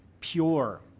pure